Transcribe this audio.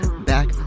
back